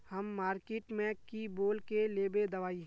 हम मार्किट में की बोल के लेबे दवाई?